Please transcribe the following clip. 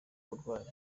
uburwayi